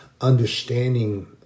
understanding